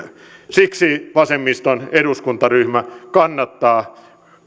siksi vasemmiston eduskuntaryhmä kannattaa